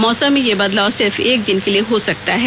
मौसम में यह बदलाव सिर्फ एक दिन के लिए हो सकता है